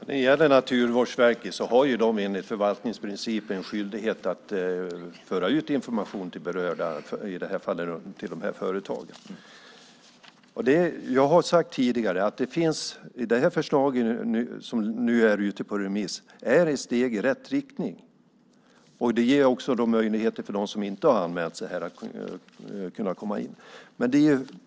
Herr talman! Naturvårdsverket har enligt förvaltningsprincipen skyldighet att föra ut information till de berörda, i det här fallet till de här företagen. Jag har sagt tidigare att det förslag som nu är ute på remiss är ett steg i rätt riktning. Det ger också möjligheter för dem som inte har anmält sig att kunna komma in med en anmälan.